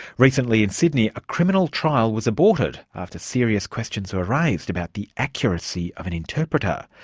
recently in sydney a criminal trial was aborted after serious questions were raised about the accuracy of an interpreter.